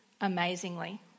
amazingly